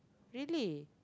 really